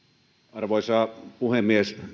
arvoisa puhemies